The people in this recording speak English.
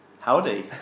Howdy